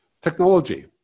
technology